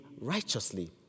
righteously